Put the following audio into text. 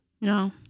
No